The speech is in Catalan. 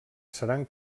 seran